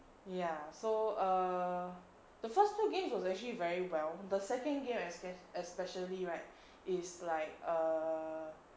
ya so err the first two games was actually very well the second game esp~ especially right is like a